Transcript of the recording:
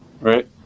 right